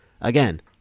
again